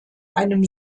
einem